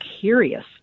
curious